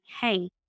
hey